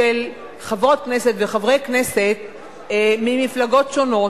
חברות כנסת וחברי כנסת ממפלגות שונות.